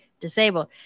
disabled